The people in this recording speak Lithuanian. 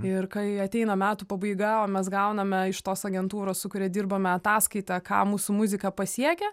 ir kai ateina metų pabaiga o mes gauname iš tos agentūros su kuria dirbome ataskaitą ką mūsų muzika pasiekia